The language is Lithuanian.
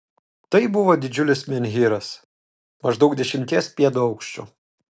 tai buvo didžiulis menhyras maždaug dešimties pėdų aukščio